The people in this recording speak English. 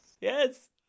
Yes